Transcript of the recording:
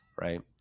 right